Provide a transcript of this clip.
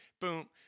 boom